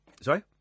Sorry